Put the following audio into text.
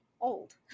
old